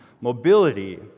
Mobility